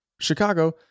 Chicago